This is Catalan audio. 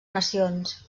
nacions